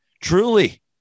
truly